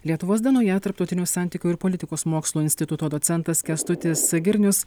lietuvos dienoje tarptautinių santykių ir politikos mokslų instituto docentas kęstutis girnius